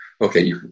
Okay